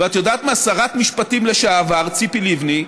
ואת יודעת מה, שרת המשפטים לשעבר ציפי לבני,